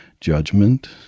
judgment